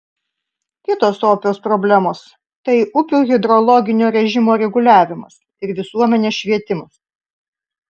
kitos opios problemos tai upių hidrologinio režimo reguliavimas ir visuomenės švietimas